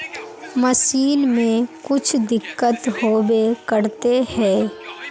Machine में कुछ दिक्कत होबे करते है?